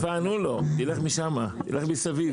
תלך דרך קפריסין